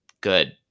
good